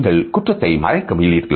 நீங்கள் குற்றத்தை மறைக்க முயல்கிறீர்கள்